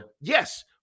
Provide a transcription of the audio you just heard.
Yes